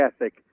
ethic